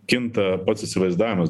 kinta pats įsivaizdavimas